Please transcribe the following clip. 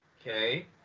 Okay